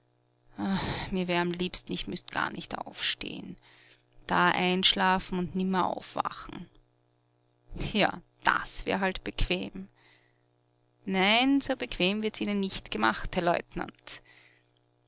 mir wär am liebsten ich müßt gar nicht aufsteh'n da einschlafen und nimmer aufwachen ja das wär halt bequem nein so bequem wird's ihnen nicht gemacht herr leutnant